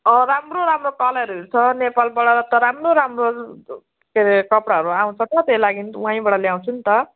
अँ राम्रो राम्रो कलरहरू छ नेपालबाट त राम्रो राम्रो के अरे कपडाहरू आउँछ त त्यही लागि वहीँबाट ल्याउँछु नि त